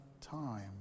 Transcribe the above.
time